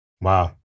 Wow